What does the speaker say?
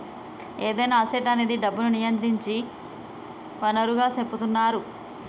ఏదైనా అసెట్ అనేది డబ్బును నియంత్రించే వనరుగా సెపుతున్నరు